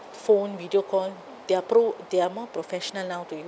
phone video call they're pro they are more professional now to use